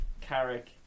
Carrick